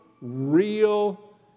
real